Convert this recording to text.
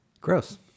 Gross